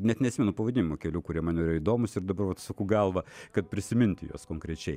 net neatsimenu pavadinimo kelių kurie man yra įdomūs ir dabar vat suku galvą kad prisiminti juos konkrečiai